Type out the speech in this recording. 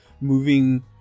moving